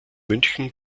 münchen